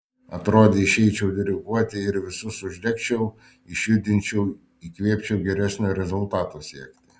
atrodė išeičiau diriguoti ir visus uždegčiau išjudinčiau įkvėpčiau geresnio rezultato siekti